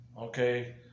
Okay